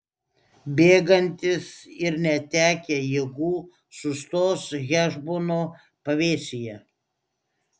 bėgantys ir netekę jėgų sustos hešbono pavėsyje